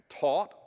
taught